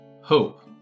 hope